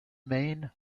main